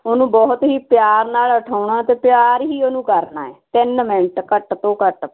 ਉਹਨੂੰ ਬਹੁਤ ਹੀ ਪਿਆਰ ਨਾਲ ਉਠਾਉਣਾ ਤੇ ਪਿਆਰ ਹੀ ਉਹਨੂੰ ਕਰਨਾ ਤਿੰਨ ਮਿੰਟ ਘੱਟ ਤੋਂ ਘੱਟ